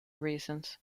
reasons